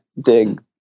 dig